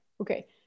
Okay